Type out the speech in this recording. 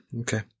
okay